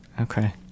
Okay